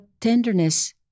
tenderness